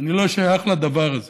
שאני לא שייך לדבר הזה